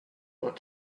want